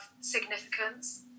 significance